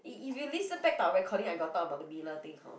if if you listen back to our recording I got talk about the miller thing hor